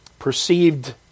Perceived